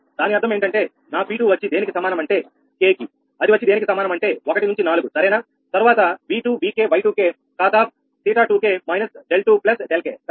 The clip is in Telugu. దాని అర్థం ఏంటంటే నా P2 వచ్చి దేనికి సమానం అంటే K కి అది వచ్చి దేనికి సమానం అంటే ఒకటి నుంచి నాలుగు సరేనా తరువాత V2 Vk Y2k cos𝜃2k − 𝛿2 𝛿k సరేనా